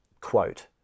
quote